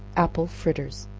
apple fritters.